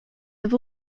have